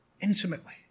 Intimately